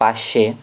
पाचशे